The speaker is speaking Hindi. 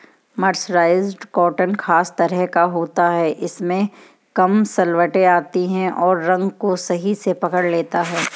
मर्सराइज्ड कॉटन खास तरह का होता है इसमें कम सलवटें आती हैं और रंग को सही से पकड़ लेता है